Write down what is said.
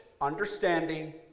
understanding